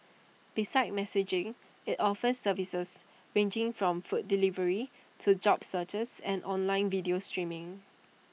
besides messaging IT offers services ranging from food delivery to job searches and online video streaming